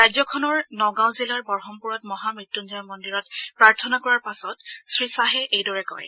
ৰাজ্যখনৰ নগাঁও জিলাৰ বৰহমপুৰত মহা মৃত্যুঞ্জয় মন্দিৰত প্ৰাৰ্থনা কৰাৰ পাছত শ্ৰীখাহে এইদৰে কয়